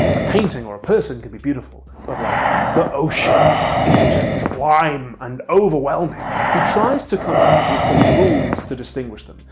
a painting or a person could be beautiful but like the ocean is just sublime and overwhelming! he tries to come up with some rules to distinguish them.